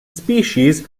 species